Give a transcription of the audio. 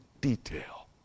detail